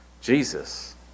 Jesus